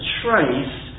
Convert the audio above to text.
trace